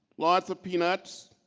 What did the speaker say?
lots of peanuts.